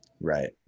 Right